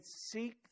seek